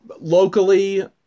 Locally